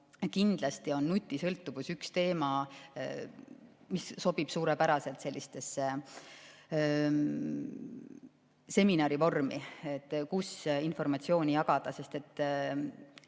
Kindlasti on nutisõltuvus üks teema, mis sobib suurepäraselt sellisesse seminari vormi, kus informatsiooni jagada, sest